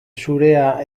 zurea